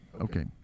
Okay